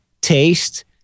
taste